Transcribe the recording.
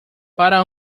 para